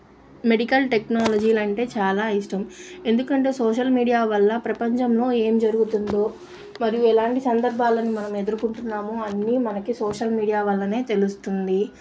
medical టెక్నాలజీలంటే చాలా ఇష్టం ఎందుకంటే సోషల్ మీడియా వల్ల ప్రపంచంలో ఏం జరుగుతుందో మరియు ఎలాంటి సందర్భాలను మనం ఎదుర్కుంటున్నామో అన్నీ మనకి సోషల్ మీడియా వల్లనే తెలుస్తుంది